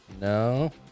No